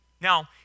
Now